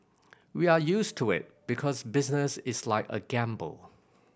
we are used to it because business is like a gamble